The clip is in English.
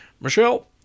Michelle